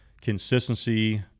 consistency